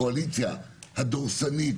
הקואליציה הדורסנית,